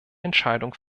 entscheidung